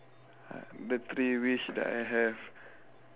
uh the three wish that I have